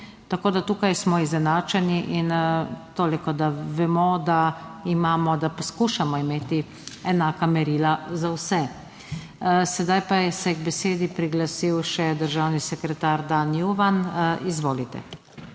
Tako da tukaj smo izenačeni. Toliko, da vemo, da imamo oziroma poskušamo imeti enaka merila za vse. Sedaj pa se je k besedi priglasil še državni sekretar Dan Juvan. Izvolite.